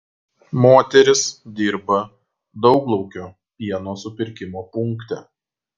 moteris dirba dauglaukio pieno supirkimo punkte